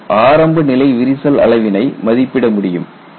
மேலும் ஆரம்ப நிலை விரிசல் அளவினை மதிப்பிட முடியும்